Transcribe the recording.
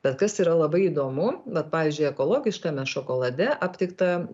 bet kas yra labai įdomu vat pavyzdžiui ekologiškame šokolade aptikta